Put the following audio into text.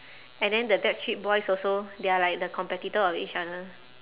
and then the backstreet boys also they are like the competitor of each other